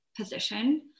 position